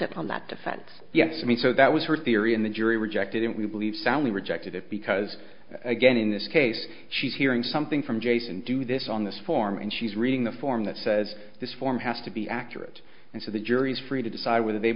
up on that defense yes i mean so that was her theory and the jury rejected it we believe soundly rejected it because again in this case she's hearing something from jason do this on this form and she's reading the form that says this form has to be accurate and so the jury is free to decide whether they